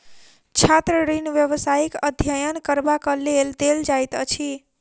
छात्र ऋण व्यवसायिक अध्ययन करबाक लेल देल जाइत अछि